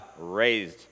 raised